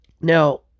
now